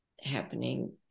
happening